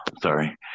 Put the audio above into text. Sorry